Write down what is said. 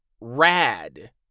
rad